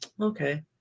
Okay